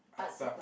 art stuff